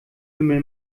lümmel